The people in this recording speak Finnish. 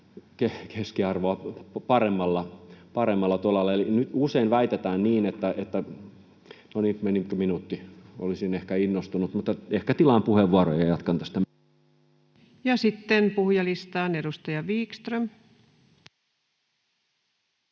keskiarvoa paremmalla tolalla. Eli nyt usein väitetään niin... — No niin, menikö minuutti? Olisin ehkä innostunut, mutta ehkä tilaan puheenvuoron ja jatkan tästä myöhemmin. Ja sitten puhujalistaan. — Edustaja Wickström.